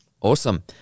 Awesome